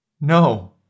No